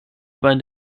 bei